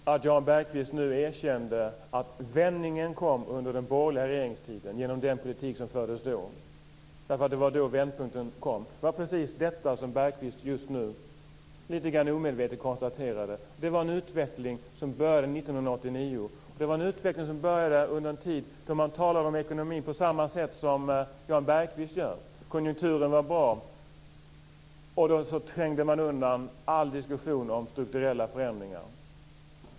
Herr talman! Det är bra att Jan Bergqvist nu erkände att vändningen kom med den politik som genomfördes under den borgerliga regeringstiden. Det var då vändpunkten kom. Det var detta som Jan Bergqvist omedvetet konstaterade. Det var en utveckling som började 1989. Det var en utveckling som började under en tid då man talade om ekonomi på samma sätt som Jan Bergqvist gör. Konjunkturen var bra, och då trängde man undan alla diskussioner om strukturella förändringar.